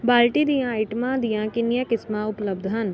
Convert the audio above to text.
ਬਾਲਟੀ ਦੀਆਂ ਆਈਟਮਾਂ ਦੀਆਂ ਕਿੰਨੀਆਂ ਕਿਸਮਾਂ ਉਪਲੱਬਧ ਹਨ